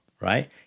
Right